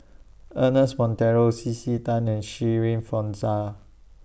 Ernest Monteiro C C Tan and Shirin Fozdar